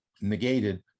negated